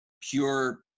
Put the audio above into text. pure